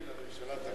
הממשלה תפיל.